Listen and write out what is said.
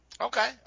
Okay